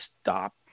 stop